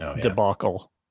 debacle